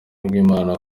bw’imana